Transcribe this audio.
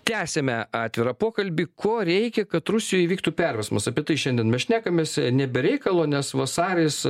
tęsiame atvirą pokalbį ko reikia kad rusijoj įvyktų perversmas apie tai šiandien mes šnekamės ne be reikalo nes vasaris